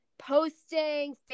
posting